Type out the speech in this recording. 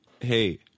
hey